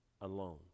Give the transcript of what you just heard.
alone